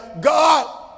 God